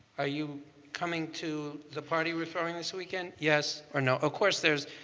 are you coming to the party we're throwing this weekend? yes or no. of course there's,